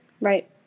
Right